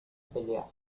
pelea